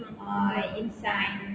uh in science